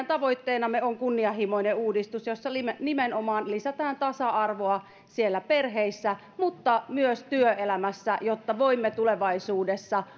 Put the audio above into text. tavoitteenamme on kunnianhimoinen uudistus jossa nimenomaan lisätään tasa arvoa perheissä mutta myös työelämässä jotta voimme tulevaisuudessa